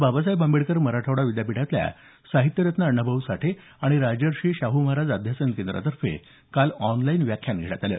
बाबासाहेब आंबेडकर मराठवाडा विद्यापीठातल्या साहित्यरत्न अण्णाभाऊ साठे आणि राजर्षी शाहू महाराज अध्यासन केंद्रातर्फे काल ऑनलाईन व्याख्यान घेण्यात आलं